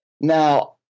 now